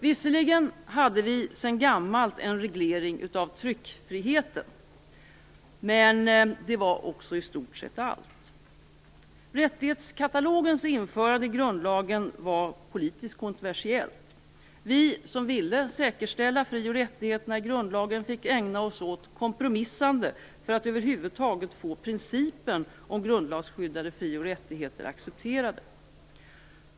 Visserligen hade vi sedan gammalt en reglering av tryckfriheten, men det var i stort sett allt. Rättighetskatalogens införande i grundlagen var politiskt kontroversiellt. Vi som ville säkerställa frioch rättigheterna i grundlagen fick ägna oss åt kompromissande för att över huvud taget få principen om grundlagsskyddade fri och rättigheter accepterad.